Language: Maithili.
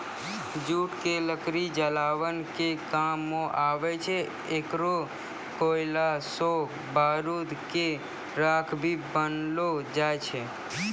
जूट के लकड़ी जलावन के काम मॅ आवै छै, एकरो कोयला सॅ बारूद के राख भी बनैलो जाय छै